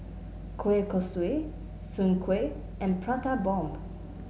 Kueh Kosui Soon Kueh and Prata Bomb